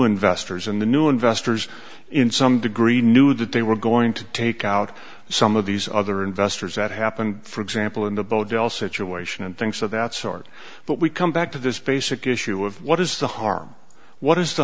investors and the new investors in some degree knew that they were going to take out some of these other investors that happened for example in the bo dell situation and things of that sort but we come back to this basic issue of what is the harm what is the